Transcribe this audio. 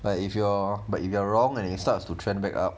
but if you're but if you are wrong and it starts to turn back up